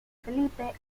felipe